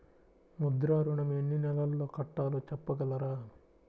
ముద్ర ఋణం ఎన్ని నెలల్లో కట్టలో చెప్పగలరా?